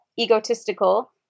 egotistical